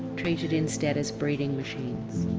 treated instead as breeding machines.